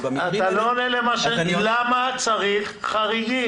ובמקרים -- אתה לא עונה למה שאני שואל: למה צריך חריגים?